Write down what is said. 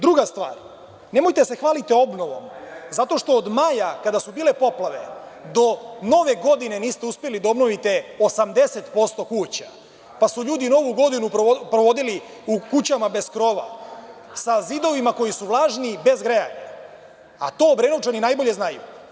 Druga stvar, nemojte da se hvalite obnovom, zato što od maja, kada su bile poplave, do Nove godine niste uspeli da obnovite 80% kuća, pa su ljudi Novu godinu provodili u kućama bez krova sa zidovima koji su vlažni i bez grejanja, a to Obrenovčani najbolje znaju.